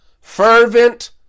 fervent